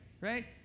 Right